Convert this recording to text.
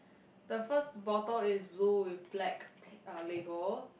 the first bottle is blue with black t~ uh label